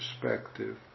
perspective